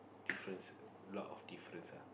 difference a lot of difference ah